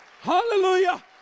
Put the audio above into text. Hallelujah